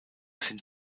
sind